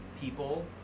people